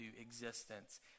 existence